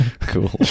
cool